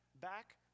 back